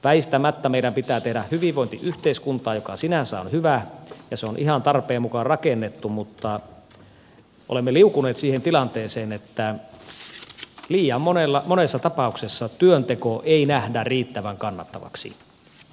väistämättä meidän pitää tehdä hyvinvointiyhteiskuntaa joka sinänsä on hyvä ja se on ihan tarpeen mukaan rakennettu mutta olemme liukuneet siihen tilanteeseen että liian monessa tapauksessa työntekoa ei nähdä riittävän kannattavaksi